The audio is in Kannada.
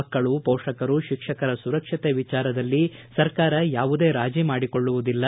ಮಕ್ಕಳು ಪೋಷಕರು ಶಿಕ್ಷಕರ ಸುರಕ್ಷತೆ ವಿಚಾರದಲ್ಲಿ ಸರ್ಕಾರ ಯಾವುದೇ ರಾಜಿ ಮಾಡಿಕೊಳ್ಳುವುದಿಲ್ಲ